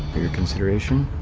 your consideration,